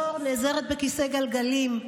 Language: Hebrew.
דור נעזרת בכיסא גלגלים,